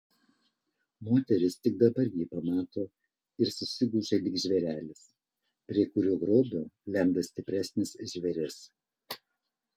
moteris tik dabar jį pamato ir susigūžia lyg žvėrelis prie kurio grobio lenda stipresnis žvėris